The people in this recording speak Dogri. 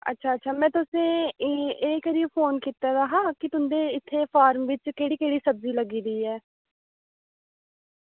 अच्छा अच्छा में तुसेंगी एह् करियै फोन कीता दा हा कि तुं'दे इत्थै फॉरेन बिच केह्ड़ी केह्ड़ी सब्जी लग्गी दी ऐ